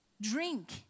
Drink